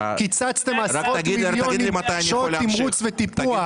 קיצצתם עשרות מיליונים שעות תמרוץ וטיפוח.